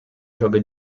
joga